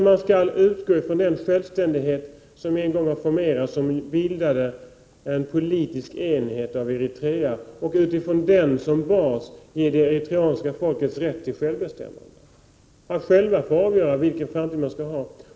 Man skall utgå från den självständighet som en gång har formerats vid bildandet av Eritrea som en politisk enhet. Med denna som bas skall det eritreanska folket ges rätt till självbestämmande. Det skall själva få avgöra vilken framtid det vill ha.